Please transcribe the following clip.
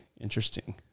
interesting